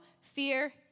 fear